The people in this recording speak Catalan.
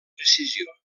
precisió